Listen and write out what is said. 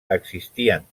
existien